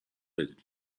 بدید